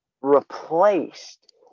replaced